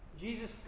Jesus